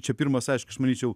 čia pirmas aišku aš manyčiau